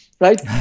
right